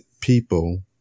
people